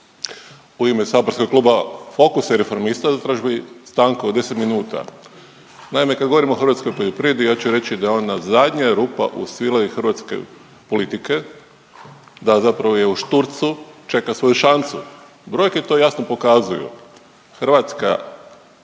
U ime saborskog Kluba Fokusa i Reformista zatražio bi stanku od 10 minuta. Naime, kad govorimo o hrvatskoj poljoprivredi ja ću reći da je ona zadnja rupa u …/Govornik se ne razumije./… hrvatske politike, da zapravo je u šturcu, čeka svoju šansu. Brojke to jasno pokazuju. Hrvatska sve više